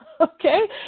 Okay